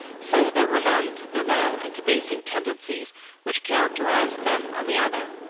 so there were none to the low and debasing tendencies which characterized them on the other.